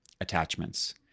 attachments